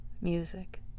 music